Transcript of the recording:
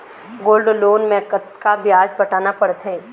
Gold loan मे कतका ब्याज पटाना पड़थे?